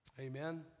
Amen